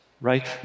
right